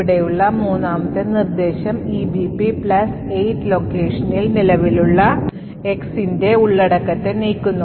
ഇവിടെയുള്ള മൂന്നാമത്തെ നിർദ്ദേശം EBP പ്ലസ് 8 locationൽ നിലവിലുള്ള X ന്റെ ഉള്ളടക്കത്തെ നീക്കുന്നു